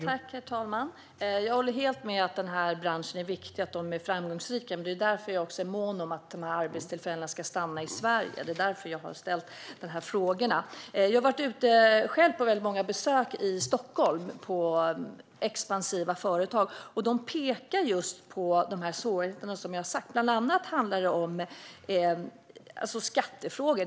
Herr talman! Jag håller helt med om att det är viktigt att den här branschen är framgångsrik. Det är därför jag är mån om att dessa arbetstillfällen ska stanna i Sverige. Det var därför jag ställde mina frågor. Jag har själv varit ute på många besök på expansiva företag i Stockholm. De pekar på just de svårigheter som jag har nämnt. Bland annat handlar det om skattefrågor.